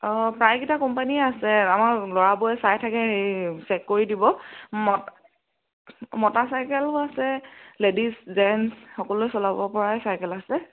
অঁ প্ৰায়কিটা কোম্পানীয়ে আছে আমাৰ ল'ৰাবোৰে চাই থাকে হেৰি চেক কৰি দিব মত মতা চাইকেলো আছে লেডিজ জেণ্টছ সকলোৱে চলাবপৰাই চাইকেল আছে